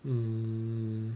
um